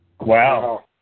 Wow